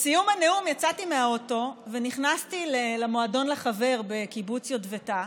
בסיום הנאום יצאתי מהאוטו ונכנסתי למועדון לחבר בקיבוץ יטבתה.